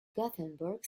gothenburg